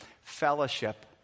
fellowship